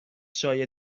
شایع